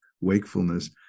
wakefulness